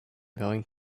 going